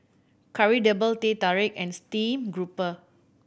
Kari Debal Teh Tarik and steamed grouper